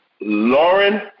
Lauren